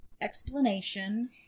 Explanation